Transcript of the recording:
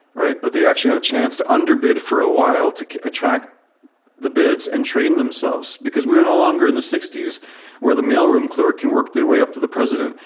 right? that they actually had a chance to underbid for a while to attract the bids and train themselves, because we're no longer in the sixty s where the male room clerk can work their way up to the president.